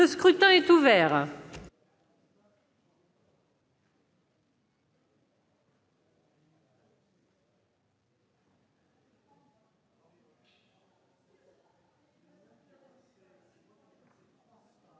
Le scrutin est ouvert.